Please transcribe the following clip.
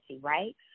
right